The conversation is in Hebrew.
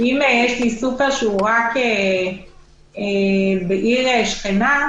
אם יש לי סופר רק בעיר שכנה,